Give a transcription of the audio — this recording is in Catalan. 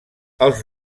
els